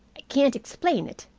i can't explain it,